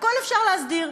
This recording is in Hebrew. הכול אפשר להסדיר.